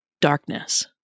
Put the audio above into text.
darkness